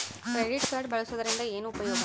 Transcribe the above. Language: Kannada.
ಕ್ರೆಡಿಟ್ ಕಾರ್ಡ್ ಬಳಸುವದರಿಂದ ಏನು ಉಪಯೋಗ?